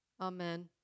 Amen